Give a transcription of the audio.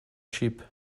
cheap